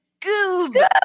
goob